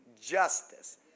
justice